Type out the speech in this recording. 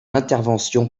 intervention